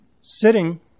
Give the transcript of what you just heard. sitting